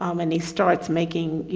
um and he starts making, you